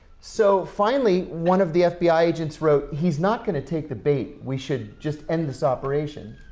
so, finally one of the fbi agents wrote he's not going to take the bait, we should just end this operation.